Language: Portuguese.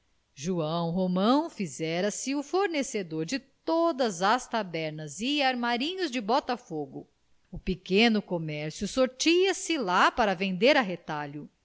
joão romão fizera-se o fornecedor de todas as tabernas e armarinhos de botafogo o pequeno comércio sortia se lá para vender a retalho